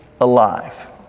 alive